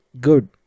Good